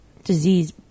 disease